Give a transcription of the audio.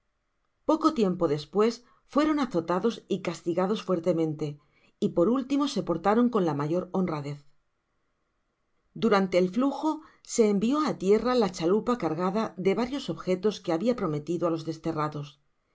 poco tiempo despues fueron azotados y castigados fuertemente y por último se portaron con la mayor honradez durante el flujo se envió á tierra la chalupa cardada de varios objetos que habiá prometido á los desterrados